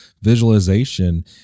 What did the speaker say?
visualization